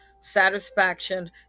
satisfaction